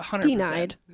Denied